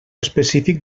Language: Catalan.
específic